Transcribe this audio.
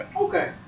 Okay